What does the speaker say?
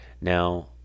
Now